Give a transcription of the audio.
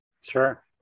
Sure